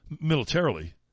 militarily